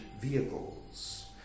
vehicles